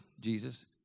Jesus